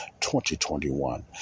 2021